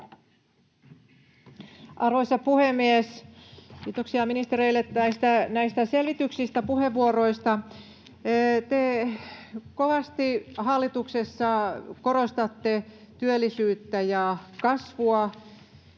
Arvoisa puhemies! Kiitoksia ministereille näistä selityksistä, puheenvuoroista. Te kovasti hallituksessa korostatte työllisyyttä ja kasvua,